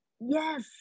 yes